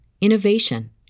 innovation